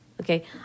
Okay